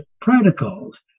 protocols